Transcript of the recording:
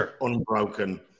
unbroken